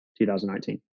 2019